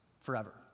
forever